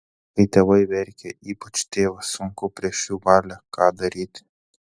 kai tėvai verkia ypač tėvas sunku prieš jų valią ką daryti